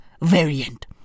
variant